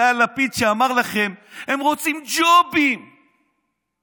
זה הלפיד שאמר לכם: הם רוצים ג'ובים לחבר'ה.